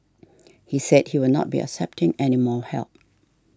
he said he will not be accepting any more help